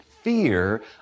fear